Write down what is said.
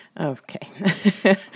okay